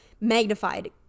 magnified